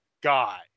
guy